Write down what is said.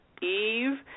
Eve